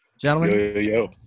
Gentlemen